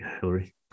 Hillary